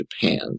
Japan